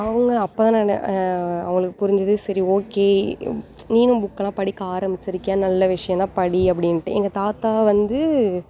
அவங்க அப்போ தான் நென அவங்களுக்கு புரிஞ்சிது சரி ஓகே நீனும் புக் எல்லாம் படிக்க ஆரமிச்சிருக்கியா நல்ல விஷயோந்தான் படி அப்படின்னுட்டு எங்கள் தாத்தா வந்து